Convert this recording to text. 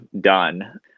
done